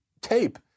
tape